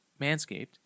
Manscaped